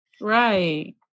Right